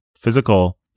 physical